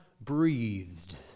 breathed